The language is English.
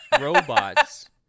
robots